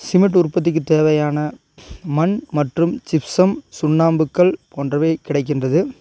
cement உற்பத்திக்கு தேவையான மண் மற்றும் சிப்ஸம் சுண்ணாம்புக்கல் போன்றவை கிடைக்கின்றது